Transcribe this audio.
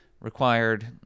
required